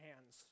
hands